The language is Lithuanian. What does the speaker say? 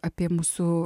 apie mūsų